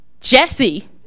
Jesse